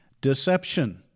Deception